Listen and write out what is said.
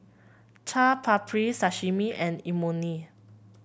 Chaat Papri Sashimi and Imoni